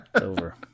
over